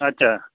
আচ্ছা